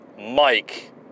Mike